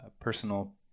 personal